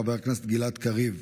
חבר הכנסת גלעד קריב,